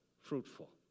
fruitful